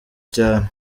cyane